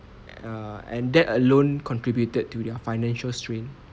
err and that alone contributed to their financial strain